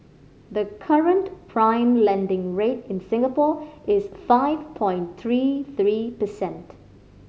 the current prime lending rate in Singapore is five point three three percent